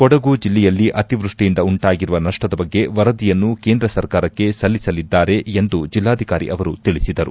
ಕೊಡಗು ಜಿಲ್ಲೆಯಲ್ಲಿ ಅತಿವೃಷ್ಟಿಯಿಂದ ಉಂಟಾಗಿರುವ ನಷ್ಟದ ಬಗ್ಗೆ ವರದಿಯನ್ನು ಕೇಂದ್ರ ಸರ್ಕಾರಕ್ಕೆ ಸಲ್ಲಿಸಲಿದ್ದಾರೆ ಎಂದು ಜಿಲ್ಲಾಧಿಕಾರಿ ಅವರು ತಿಳಿಸಿದರು